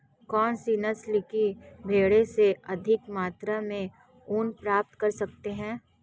कौनसी नस्ल की भेड़ से अधिक मात्रा में ऊन प्राप्त कर सकते हैं?